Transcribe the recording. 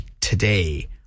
today